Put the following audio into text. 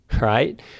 right